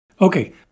Okay